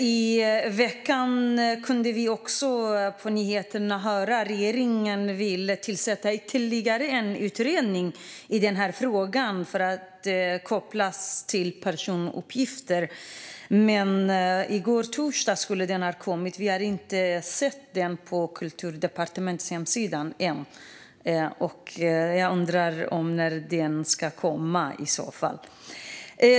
I veckan kunde vi på nyheterna höra att regeringen vill tillsätta ytterligare en utredning kopplad till hantering av personuppgifter. I går, torsdag, skulle utredningen presenteras, men vi har inte sett något på Kulturdepartementets hemsida. När kommer den?